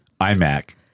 iMac